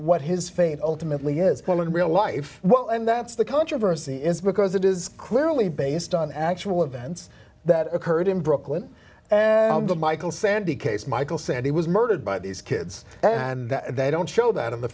what his fate ultimately is going to be a life well and that's the controversy is because it is clearly based on actual events that occurred in brooklyn in the michael sandy case michael said he was murdered by these kids and they don't show that in the